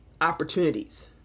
opportunities